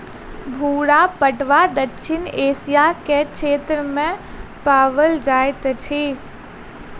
भूरा पटुआ दक्षिण एशिया के क्षेत्र में पाओल जाइत अछि